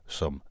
som